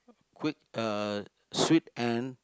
quick uh sweet and